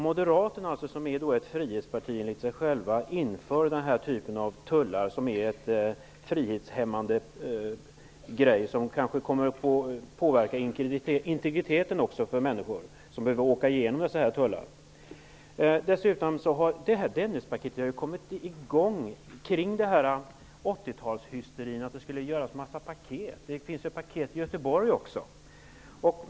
Moderaterna, som enligt dem själva är ett frihetsparti, inför alltså den här typen av tullar, som är frihetshämmande och som kanske kommer att påverka integriteten för människor som behöver åka igenom dessa tullar. Dessutom kom Dennispaketet till i samband med 80-talshysterin, då det skulle göras en massa paket. Det finns ett paket i Göteborg också.